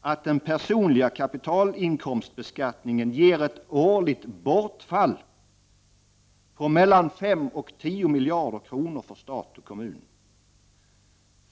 att den personliga kapitalinkomstbeskattningen ger ett årligt bortfall på 5 — 10 miljarder kronor för stat och kommun.